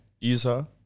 Isa